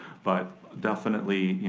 but definitely,